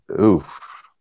oof